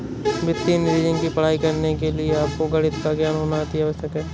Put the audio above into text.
वित्तीय इंजीनियरिंग की पढ़ाई करने के लिए आपको गणित का ज्ञान होना अति आवश्यक है